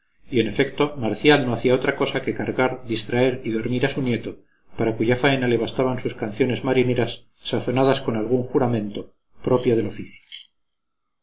y en efecto marcial no hacía otra cosa que cargar distraer y dormir a su nieto para cuya faena le bastaban sus canciones marineras sazonadas con algún juramento propio del oficio